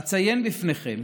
אציין בפניכם